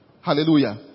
Hallelujah